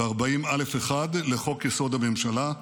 ו-40(א1) לחוק-יסוד: הממשלה,